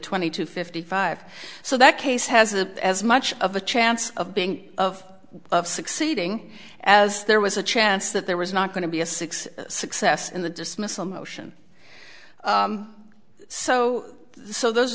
twenty to fifty five so that case has a as much of a chance of being of succeeding as there was a chance that there was not going to be a six success in the dismissal motion so so those